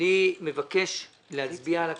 אני מבקש להצביע על הכחול,